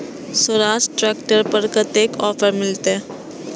Swaraj tractor पर कतेक offer मिलते?